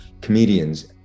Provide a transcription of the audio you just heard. comedians